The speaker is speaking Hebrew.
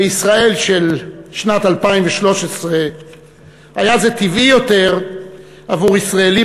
בישראל של שנת 2013 היה זה טבעי יותר עבור ישראלים